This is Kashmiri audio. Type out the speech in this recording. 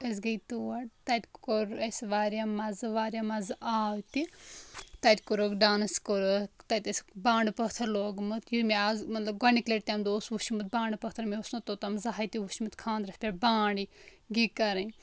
أسۍ گٔیے تور تَتہِ کوٚر اَسہِ واریاہ مَزٕ واریاہ مَزٕ آو تہِ تَتہِ کوٚرُکھ ڈانَس کوٚرُکھ تَتہِ ٲسِکۍ بانٛڈٕ پٲتھٕر لوگمُت یہِ مےٚ اَز مطلب گۄڈنِکۍ لَٹہِ تَمہِ دۄہ اوس وُچھمُت بانٛڈٕ پٲتھٕر مےٚ اوسنہٕ توٚتام زانٛہَے تہِ وُچھمُت خاندرَس پٮ۪ٹھ بانٛڈ گی کَرٕنۍ